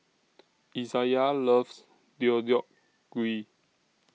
Izayah loves Deodeok Gui